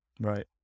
Right